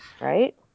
Right